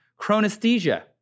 chronesthesia